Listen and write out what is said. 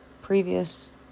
previous